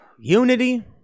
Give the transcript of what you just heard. unity